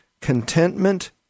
Contentment